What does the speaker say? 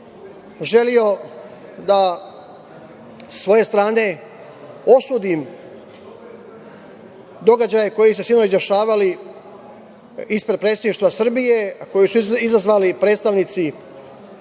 želeo da sa svoje strane osudim događaje koji su se sinoć dešavali ispred Predsedništva Srbije, koje su izazvali predstavnici